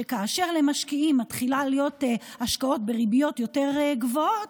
שכאשר למשקיעים מתחילות להיות השקעות בריביות יותר גבוהות,